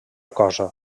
cosa